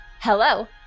Hello